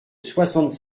soixante